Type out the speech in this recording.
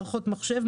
מערכות מחשב,